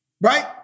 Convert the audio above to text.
Right